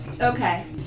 Okay